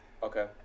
okay